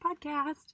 podcast